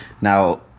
Now